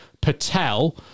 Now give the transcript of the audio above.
Patel